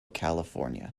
california